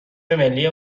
ملی